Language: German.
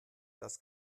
das